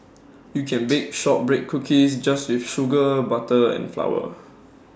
you can bake Shortbread Cookies just with sugar butter and flour